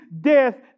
death